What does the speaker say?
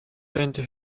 lehnte